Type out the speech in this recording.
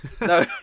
No